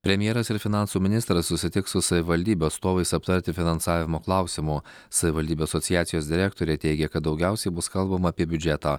premjeras ir finansų ministras susitiks su savivaldybių atstovais aptarti finansavimo klausimo savivaldybių asociacijos direktorė teigia kad daugiausiai bus kalbama apie biudžetą